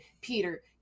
Peter